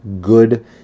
good